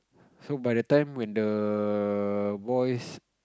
so by the time when the boys